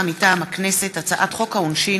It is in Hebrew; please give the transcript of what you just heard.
הכנסת: הצעת חוק העונשין